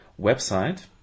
website